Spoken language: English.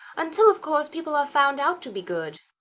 until, of course, people are found out to be good.